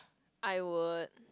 I would